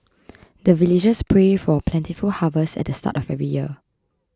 the villagers pray for plentiful harvest at the start of every year